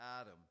Adam